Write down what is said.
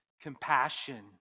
compassion